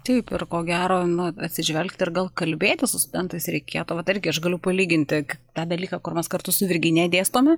taip ir ko gero nu atsižvelgti ir gal kalbėtis su studentais reikėtų vat irgi aš galiu palyginti tą dalyką kur mes kartu su virginija dėstome